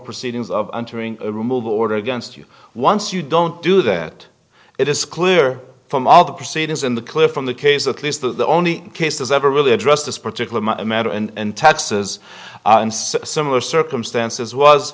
proceedings of entering a removal order against you once you don't do that it is clear from all the proceedings in the clip from the case at least that the only cases ever really addressed this particular matter and taxes and similar circumstances was